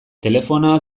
telefonoa